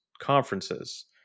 conferences